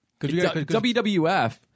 wwf